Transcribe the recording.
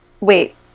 Wait